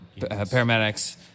paramedics